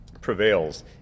Prevails